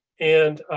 and